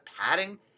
padding